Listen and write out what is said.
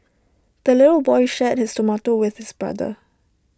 the little boy shared his tomato with his brother